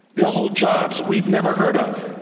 they'll hold jobs we've never heard of,